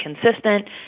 consistent